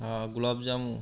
हां गुलाब जामून